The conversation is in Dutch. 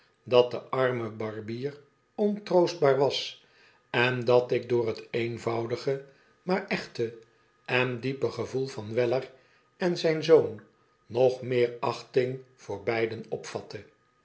dat de arrae barbier ontroostbaar was en dat ik door het eenvoudige maar echte en diepe gevoel van weller en zyn zoon nog meer achting voor beiden